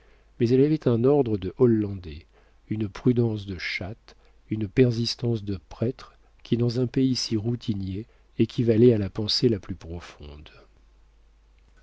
mais elle avait un ordre de hollandais une prudence de chatte une persistance de prêtre qui dans un pays si routinier équivalait à la pensée la plus profonde